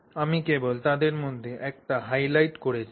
আমি কেবল তাদের মধ্যে একটি হাইলাইট করেছি